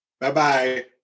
Bye-bye